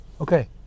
okay